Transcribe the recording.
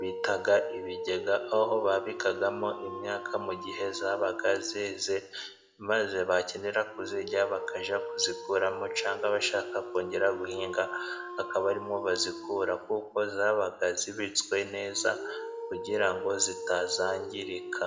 bitaga ibigega. Aho babikagamo imyaka mu gihe yabaga yeze, maze bakenera kuyirya bakajya kuyikuramo . Cyangwa bashaka kongera guhinga ,akaba arimo bayikura ,kuko yabaga ibitswe neza kugira ngo itazangirika.